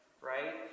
right